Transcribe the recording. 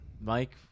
Mike